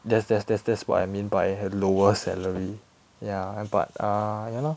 that's that's that's that's what I mean by lower salary ya but uh ya lor